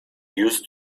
used